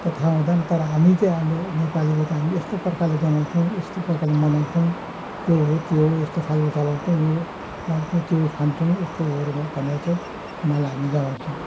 त थाहा हुँदैन तर हामी चाहिँ हाम्रो नेपालीको चाहिँ हामी यस्तो प्रकारले जनाउँछौँ यस्तो प्रकारले मनाउँछौँ यो हो त्यो हो यस्तो खालको चलाउँछौँ यो लाउँछौँ त्यो खान्छौँ यस्तोहरू भनेर चाहिँ उनीहरूलाई हामीले जनाउँछौँ